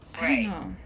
Right